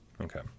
Okay